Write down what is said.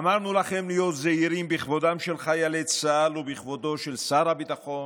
אמרנו לכם להיות זהירים בכבודם של חיילי צה"ל ובכבודם של שר הביטחון,